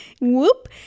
Whoop